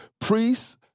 priests